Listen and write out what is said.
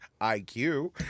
IQ